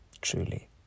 Truly